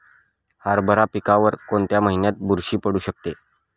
हरभरा पिकावर कोणत्या महिन्यात बुरशी पडू शकते?